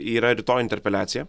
yra rytoj interpeliacija